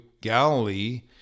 Galilee